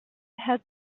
had